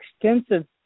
extensive